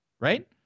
right